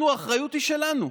אנחנו, האחריות היא שלנו,